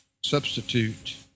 substitute